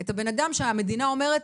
את הבן אדם שהמדינה אומרת,